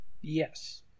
Yes